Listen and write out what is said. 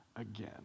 again